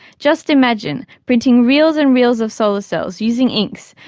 just imagine printing reels and reels of solar cells using inks,